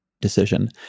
decision